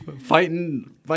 Fighting